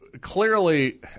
clearly